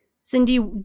Cindy